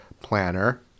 planner